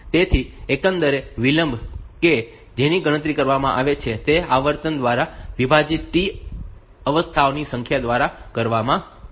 તેથી એકંદરે વિલંબ કે જેની ગણતરી કરવામાં આવે છે તે આવર્તન દ્વારા વિભાજિત T અવસ્થાઓની સંખ્યા દ્વારા આપવામાં આવે છે